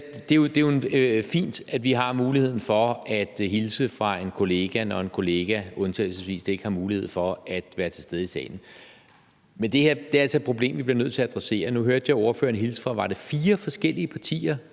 Det er jo fint, at vi har muligheden for at hilse fra en kollega, når en kollega undtagelsesvis ikke har mulighed for at være til stede i salen. Men det her er altså et problem, vi bliver nødt til at adressere. Nu hørte jeg ordføreren hilse fra tre forskellige partier,